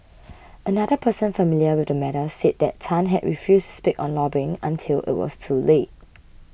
another person familiar with the matter said that Tan had refused to spend on lobbying until it was too late